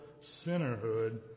Sinnerhood